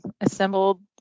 assembled